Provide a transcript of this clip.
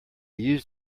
use